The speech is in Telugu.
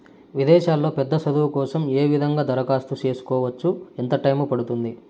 విదేశాల్లో పెద్ద చదువు కోసం ఏ విధంగా దరఖాస్తు సేసుకోవచ్చు? ఎంత టైము పడుతుంది?